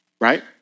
right